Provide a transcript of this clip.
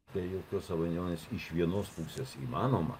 be jokios abejonės iš vienos pusės įmanoma